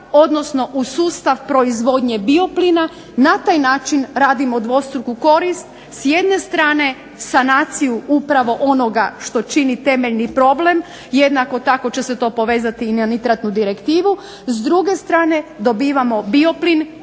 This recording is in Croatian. goriva, u sustav proizvodnje bio plina jer na taj način radimo dvostruku korist s jedne strane, sanaciju upravo onoga što čini temeljni problem, jednako tako će se to povezani na nitratnu direktivu, s druge strane dobivamo bio plin